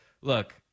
look